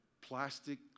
plastic